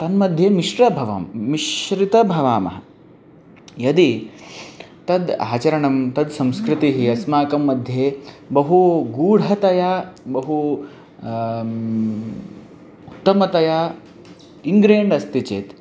तन्मध्ये मिश्रभवं मिश्रितं भवामः यदि तद् आचरणं तद् संस्कृतिः अस्माकं मध्ये बहु गूढतया बहु उत्तमतया इन्ग्रियण्ड् अस्ति चेत्